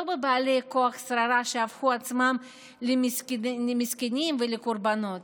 לא בבעלי כוח ושררה שהפכו עצמם למסכנים ולקורבנות.